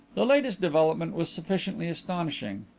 the latest development was sufficiently astonishing.